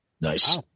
Nice